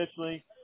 officially